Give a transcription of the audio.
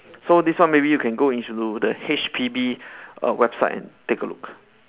so this one maybe you can go into the H_P_B err website and take a look